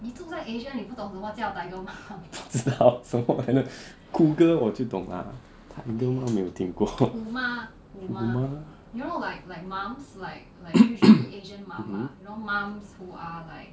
不懂什么来的 cougar 我就懂 lah tiger mum 没有听过虎妈 mmhmm